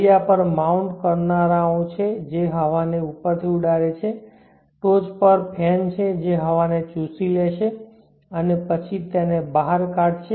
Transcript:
તળિયા પર માઉન્ટ કરનારાઓ છે જે હવાને ઉપરથી ઉડાડે છે ટોચ પર ફેન છે જે હવાને ચૂસી લેશે અને પછી તેને બહાર કાઢશે